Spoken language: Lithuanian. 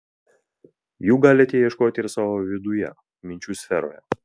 jų galite ieškoti ir savo viduje minčių sferoje